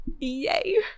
yay